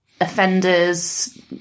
Offenders